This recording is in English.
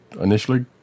initially